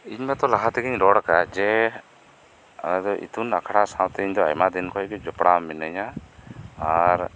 ᱤᱧ ᱢᱟᱛᱚ ᱞᱟᱦᱟ ᱛᱮᱜᱤᱧ ᱨᱚᱲ ᱟᱠᱟᱫᱟ ᱡᱮ ᱤᱛᱩᱱ ᱟᱠᱷᱽᱲᱟ ᱥᱟᱶᱛᱮ ᱤᱧᱫᱚ ᱟᱭᱢᱟᱫᱤᱱ ᱠᱷᱚᱱᱜᱤ ᱡᱚᱯᱲᱟᱣ ᱢᱤᱱᱟᱹᱧᱟ ᱟᱨ